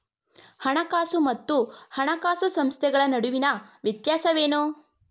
ಹಣಕಾಸು ಮತ್ತು ಹಣಕಾಸು ಸಂಸ್ಥೆಗಳ ನಡುವಿನ ವ್ಯತ್ಯಾಸವೇನು?